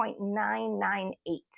0.998